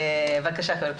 בבקשה ח"כ אלחרומי.